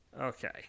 Okay